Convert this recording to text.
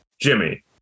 Jimmy